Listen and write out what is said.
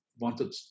wanted